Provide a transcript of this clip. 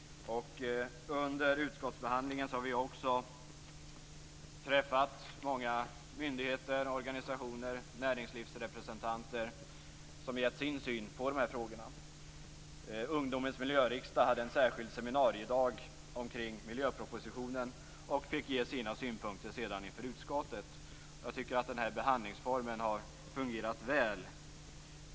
Under utskottsbehandlingen har vi också träffat många myndigheter och organisationer, näringslivsrepresentanter som gett sin syn på frågorna. Ungdomens miljöriksdag hade en särskild seminariedag omkring miljöpropositionen och fick sedan ge sina synpunkter inför utskottet. Jag tycker att den här behandlingsformen har fungerat väl.